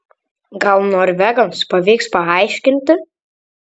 gal norvegams pavyks paaiškinti